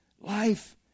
life